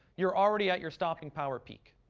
you're already at your stopping power peak.